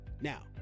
Now